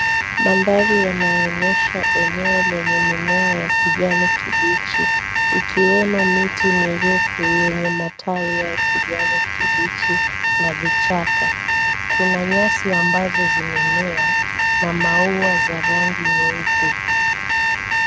Mandhari yanaonyesha eneo lenye mimea ya kijani kibichi ikiwemo miti mirefu yenye matawi ya kijani kibichi na vichaka. Kuna nyasi ambazo zimemea na maua za rangi nyeupe.